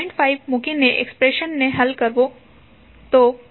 5 મૂકીને એક્સપ્રેશન ને હલ કરો